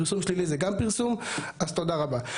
פרסום שלילי זה גם פרסום, אז תודה רבה.